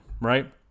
right